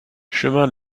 chemin